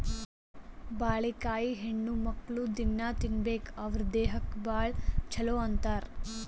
ಬಾಳಿಕಾಯಿ ಹೆಣ್ಣುಮಕ್ಕ್ಳು ದಿನ್ನಾ ತಿನ್ಬೇಕ್ ಅವ್ರ್ ದೇಹಕ್ಕ್ ಭಾಳ್ ಛಲೋ ಅಂತಾರ್